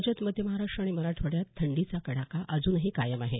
राज्यात मध्य महाराष्ट्र आणि मराठवाड्यात थंडीचा कडाका अजूनही कायम आहे